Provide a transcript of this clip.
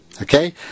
Okay